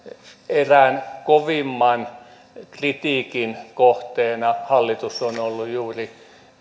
erään kovimman kritiikin kohteena hallitus on ollut juuri